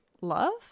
love